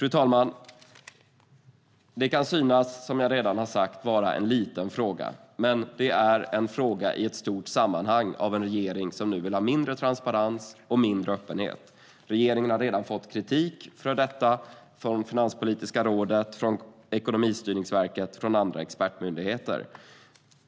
Som jag redan har sagt kan detta synas vara en liten fråga, men det är en fråga i ett stort sammanhang med en regering som nu vill ha mindre transparens och mindre öppenhet. Regeringen har redan fått kritik för detta från Finanspolitiska rådet, från Ekonomistyrningsverket och från andra expertmyndigheter.